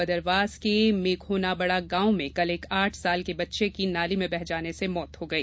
बदरवास के मेघोनाबड़ा गांव में कल एक आठ साल के बच्चे की नाले में बह जाने से मौत हो गई